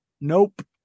Nope